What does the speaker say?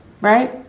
Right